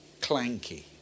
clanky